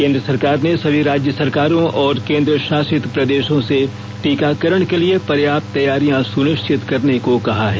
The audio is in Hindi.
केंद्र सरकार ने सभी राज्य सरकारों और केंद्र शासित प्रदेशों से टीकाकरण के लिए पर्याप्त तैयारियां सुनिश्चित करने को कहा है